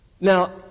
Now